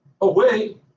away